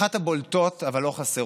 אחת הבולטות, אבל הן לא חסרות,